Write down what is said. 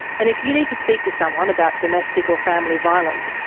and if you need to speak to someone about domestic or family violence,